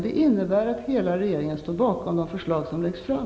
Det innebär att hela regeringen står bakom de förslag som läggs fram.